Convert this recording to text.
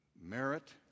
Merit